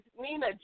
Nina